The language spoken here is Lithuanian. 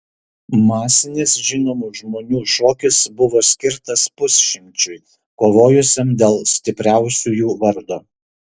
masinis žinomų žmonių šokis buvo skirtas pusšimčiui kovojusiam dėl stipriausiųjų vardo